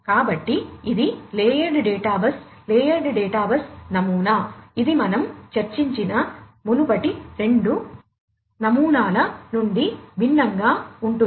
కాబట్టి ఇది layered data bus layered data bus నమూనా ఇది మనం చర్చించిన మునుపటి రెండు నమూనాల నుండి భిన్నంగా ఉంటుంది